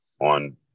on